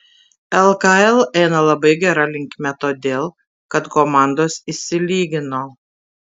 lkl eina labai gera linkme todėl kad komandos išsilygino